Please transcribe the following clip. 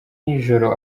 nijoro